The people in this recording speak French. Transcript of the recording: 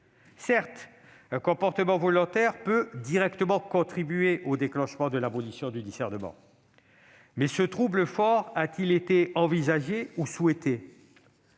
Certes, un comportement volontaire peut directement contribuer au déclenchement de l'abolition du discernement, mais ce trouble fort a-t-il été envisagé ou souhaité ?